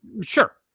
Sure